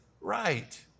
right